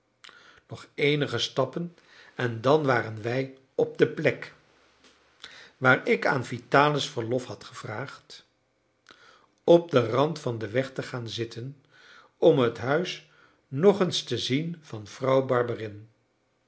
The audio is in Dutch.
nog eenige stappen en dan waren wij op de plek waar ik aan vitalis verlof had gevraagd op den rand van den weg te gaan zitten om het huis nog eens te zien van vrouw